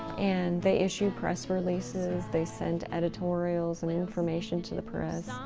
and they issue press releases, they send editorials and information to the press, ah